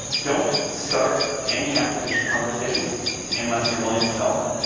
don't start any acquisition conversation unless you're willing to sell